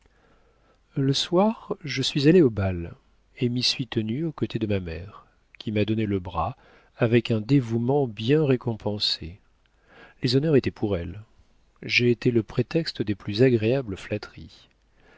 le soir je suis allée au bal et m'y suis tenue aux côtés de ma mère qui m'a donné le bras avec un dévouement bien récompensé les honneurs étaient pour elle j'ai été le prétexte des plus agréables flatteries